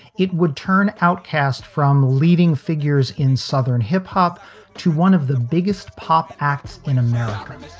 it would turn outcast from leading figures in southern hip hop to one of the biggest pop acts in american.